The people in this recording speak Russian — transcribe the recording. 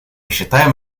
считаем